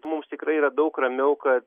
mums tikrai yra daug ramiau kad